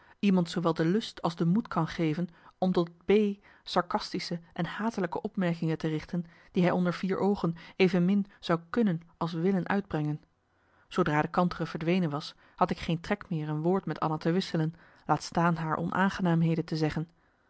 iemand zoowel de lust als de moed kan geven om tot b sarcastische en hatelijke opmerkingen te richten die hij onder vier oogen evenmin zou kunnen als willen uitbrengen zoodra de kantere verdwenen was had ik geen trek meer een woord met anna te wisselen laat staan haar onaangenaamheden te zeggen